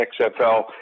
XFL